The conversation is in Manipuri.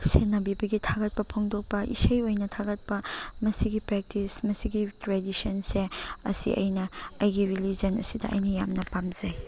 ꯁꯦꯟꯅꯕꯤꯕꯒꯤ ꯊꯥꯒꯠꯄ ꯐꯣꯡꯗꯣꯛꯄ ꯏꯁꯩ ꯑꯣꯏꯅ ꯊꯥꯒꯠꯄ ꯃꯁꯤꯒꯤ ꯄ꯭ꯔꯦꯛꯇꯤꯁ ꯃꯁꯤꯒꯤ ꯇ꯭ꯔꯦꯗꯤꯁꯟꯁꯦ ꯑꯁꯤ ꯑꯩꯅ ꯑꯩꯒꯤ ꯔꯤꯂꯤꯖꯟ ꯑꯁꯤꯗ ꯑꯩꯅ ꯌꯥꯝꯅ ꯄꯥꯝꯖꯩ